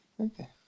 Okay